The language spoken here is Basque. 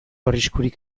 arriskurik